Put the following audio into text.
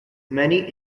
many